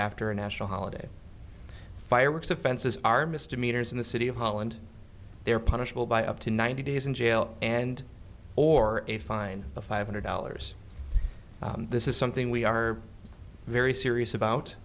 after a national holiday fireworks offenses are misdemeanors in the city of holland there punishable by up to ninety days in jail and or a fine of five hundred dollars this is something we are very serious about